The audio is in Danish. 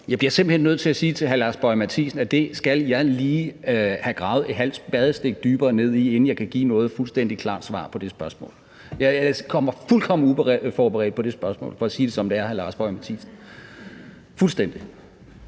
simpelt hen nødt til at sige til hr. Lars Boje Mathiesen, at det skal jeg lige have gravet et halvt spadestik dybere ned i, inden jeg kan give noget fuldstændig klart svar på det. Jeg kommer fuldkommen uforberedt på det spørgsmål for at sige det, som det er, hr. Lars Boje Mathiesen – fuldstændig.